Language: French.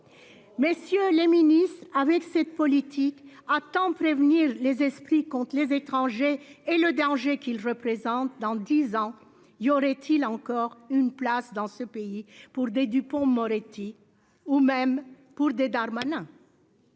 Messieurs les Ministres avec cette politique attends prévenir les esprits compte les étrangers et le danger qu'il représente dans 10 ans, y aurait-il encore une place dans ce pays pour des Dupond Moretti ou même pour des Darmanin.--